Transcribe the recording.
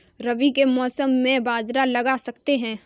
रवि के मौसम में बाजरा लगा सकते हैं?